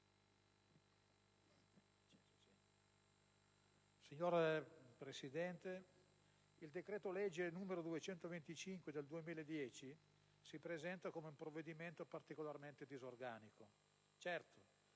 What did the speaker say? Signor Presidente, il decreto-legge n. 225 del 2010 si presenta come un provvedimento particolarmente disorganico. Certo,